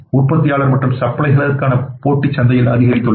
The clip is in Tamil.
உற்பத்தியாளர் மற்றும் சப்ளையர்களுக்கான போட்டி சந்தையில் அதிகரித்துள்ளது